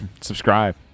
Subscribe